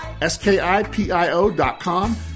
S-K-I-P-I-O.com